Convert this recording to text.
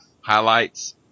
highlights